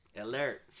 alert